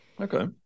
Okay